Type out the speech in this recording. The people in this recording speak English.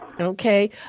Okay